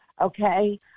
okay